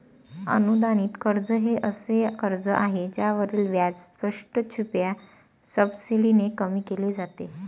अनुदानित कर्ज हे असे कर्ज आहे ज्यावरील व्याज स्पष्ट, छुप्या सबसिडीने कमी केले जाते